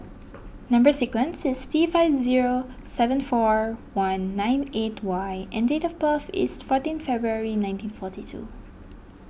Number Sequence is T five zero seven four one nine eight Y and date of birth is fourteen February nineteen forty two